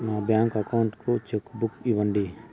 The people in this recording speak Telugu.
నా బ్యాంకు అకౌంట్ కు చెక్కు బుక్ ఇవ్వండి